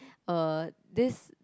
uh this